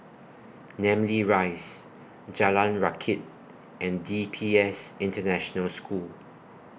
Namly Rise Jalan Rakit and D P S International School